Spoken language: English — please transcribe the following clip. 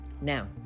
Now